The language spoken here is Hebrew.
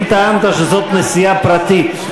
אם טענת שזאת נסיעה פרטית,